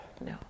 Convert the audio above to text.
no